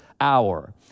hour